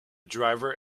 driver